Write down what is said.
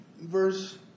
verse